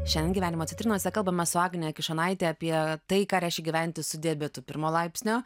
šiandien gyvenimo citrinose kalbama su agne kišonaite apie tai ką reiškia gyventi su diabetu pirmo laipsnio